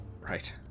Right